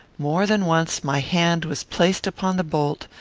more than once my hand was placed upon the bolt,